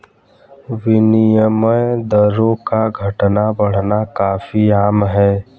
विनिमय दरों का घटना बढ़ना काफी आम है